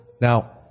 Now